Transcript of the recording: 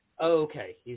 Okay